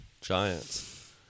Giants